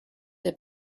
der